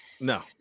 No